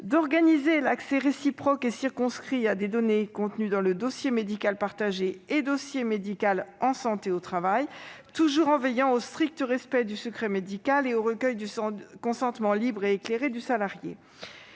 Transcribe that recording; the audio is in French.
organisent l'accès réciproque et circonscrit à des données contenues dans le dossier médical partagé et dans le dossier médical en santé au travail, en veillant toujours au strict respect du secret médical et au recueil du consentement libre et éclairé du salarié.